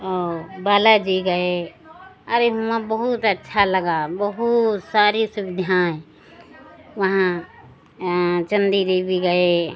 और बालाजी गए अरे वहाँ बहुत अच्छा लगा बहुत सारी सुविधाएँ वहाँ चण्डी देवी गए